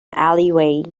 alleyway